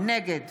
נגד